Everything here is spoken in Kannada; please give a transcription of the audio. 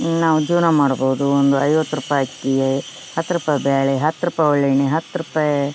ನಾವು ಜೀವನ ಮಾಡ್ಬೋದು ಒಂದು ಐವತ್ತು ರೂಪಾಯಿ ಅಕ್ಕಿ ಹತ್ತು ರೂಪಾಯಿ ಬ್ಯಾಳೆ ಹತ್ತು ರೂಪಾಯಿ ಹೊಳ್ ಎಣ್ಣೆ ಹತ್ತು ರೂಪಾಯಿ